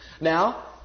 Now